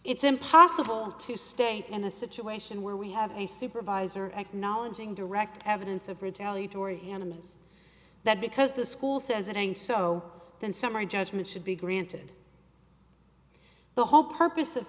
it's impossible to stay in a situation where we have a supervisor acknowledging direct evidence of retaliatory animists that because the school says it hangs so in summary judgment should be granted the whole purpose of